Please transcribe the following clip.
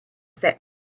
fixed